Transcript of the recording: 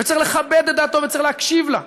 וצריך לכבד את דעתו וצריך להקשיב לה.